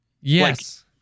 Yes